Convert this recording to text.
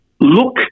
look